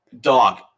dog